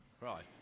Right